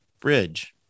bridge